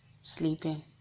sleeping